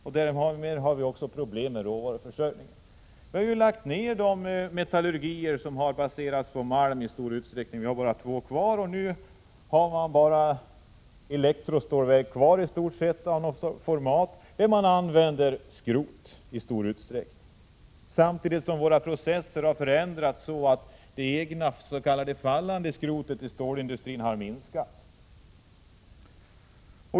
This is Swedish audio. Dessutom har vi problem med råvaruförsörjningen. Vi har i stor utsträckning lagt ner de metallurgiska industrier som baseras på malm; det finns bara två kvar. Nu finns endast elektrostålverk kvar av något format, och där använder man i stor utsträckning skrot som råvara. Samtidigt har processerna förändrats så att det egna s.k. fallandeskrotet i stålindustrin har minskat.